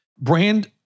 Brand-